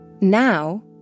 Now